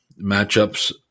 Matchups